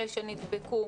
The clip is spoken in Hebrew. אלה שנדבקו,